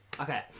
okay